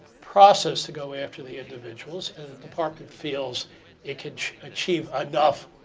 process to go after the individuals. and the department feels it can achieve enough,